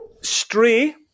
Stray